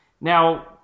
Now